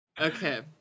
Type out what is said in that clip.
Okay